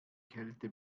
kälte